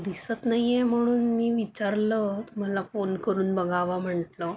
दिसत नाही आहे म्हणून मी विचारलं तुम्हाला फोन करून बघावा म्हटलं